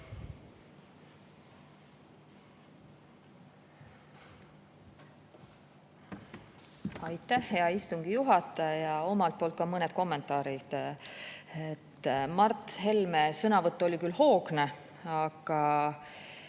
Aitäh, hea istungi juhataja! Omalt poolt mõned kommentaarid. Mart Helme sõnavõtt oli küll hoogne, aga